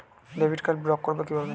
Debit card block করব কিভাবে?